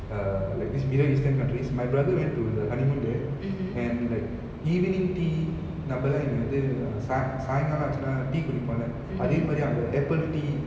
err like these middle eastern countries my brother went to the honeymoon there and like evening tea நம்பல்லாம் வந்து சாய்~ சாய்ங்காலம் ஆச்சுனா:namballam vanthu sai~ sainkalam aachuna tea குடிப்பம்ல அதே மாறி அங்க:kudippamla athe mari anga apple tea